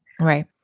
Right